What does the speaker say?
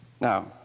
Now